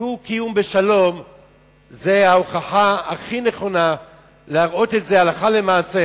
דו-קיום בשלום הוא ההוכחה הכי נכונה להראות את זה הלכה למעשה